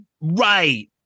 Right